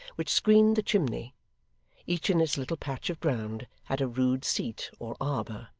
which screened the chimney each in its little patch of ground had a rude seat or arbour.